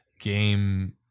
game